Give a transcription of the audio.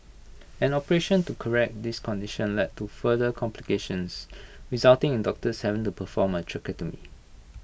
an operation to correct this condition led to further complications resulting in doctors having to perform A tracheotomy